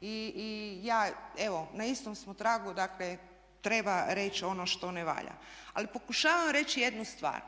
I ja evo, na istom smo tragu. Dakle, treba reći ono što ne valja. Ali pokušavam reći jednu stvar.